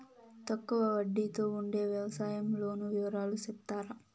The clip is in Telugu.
తక్కువ వడ్డీ తో ఉండే వ్యవసాయం లోను వివరాలు సెప్తారా?